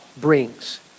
brings